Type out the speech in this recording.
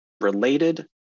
related